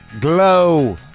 Glow